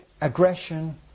aggression